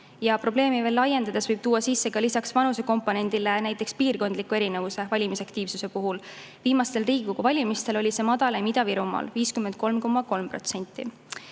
Probleemi laiendades võib tuua sisse lisaks vanusekomponendile ka piirkondliku erinevuse valimisaktiivsuse puhul. Viimastel Riigikogu valimistel oli see madalaim Ida-Virumaal: 53,3%.